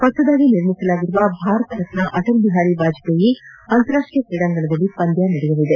ಹೊಸದಾಗಿ ನಿರ್ಮಿಸಲಾಗಿರುವ ಭಾರತರತ್ನ ಅಟಲ್ ಬಿಹಾರಿ ವಾಜಪೇಯಿ ಅಂತಾರಾಷ್ಟೀಯ ಕ್ರೀಡಾಂಗಣದಲ್ಲಿ ಪಂದ್ಯ ನಡೆಯಲಿದೆ